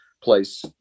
place